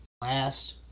last